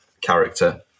character